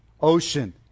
ocean